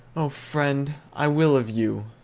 o friend! i will of you!